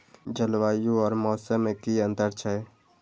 जलवायु और मौसम में कि अंतर छै?